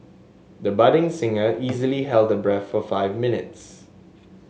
the budding singer easily held her breath for five minutes